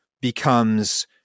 becomes